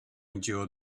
endure